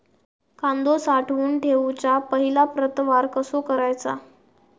कांदो साठवून ठेवुच्या पहिला प्रतवार कसो करायचा?